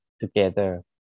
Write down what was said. together